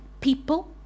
people